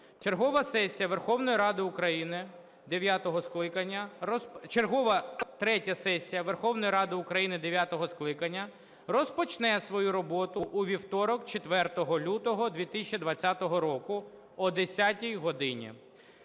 чергова третя сесія Верховної Ради України дев'ятого скликання розпочне свою роботу у вівторок, 4 лютого 2020 року, о 10 годині.